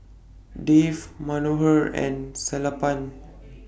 Dev Manohar and Sellapan